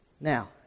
Now